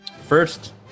first